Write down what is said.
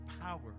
power